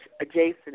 adjacent